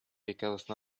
because